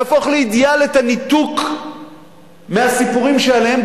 להפוך לאידיאל את הניתוק מהסיפורים שעליהם